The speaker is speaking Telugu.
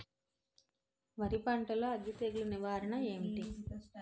వరి పంటలో అగ్గి తెగులు నివారణ ఏంటి?